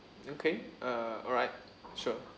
okay uh alright sure